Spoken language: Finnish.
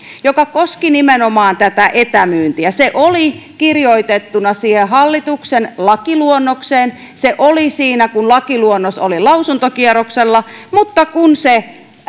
joka koski nimenomaan tätä etämyyntiä se oli kirjoitettuna siihen hallituksen lakiluonnokseen se oli siinä kun lakiluonnos oli lausuntokierroksella mutta kun se